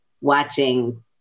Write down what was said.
watching